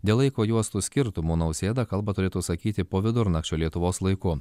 dėl laiko juostų skirtumo nausėda kalbą turėtų sakyti po vidurnakčio lietuvos laiku